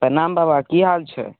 प्रणाम बाबा की हाल छै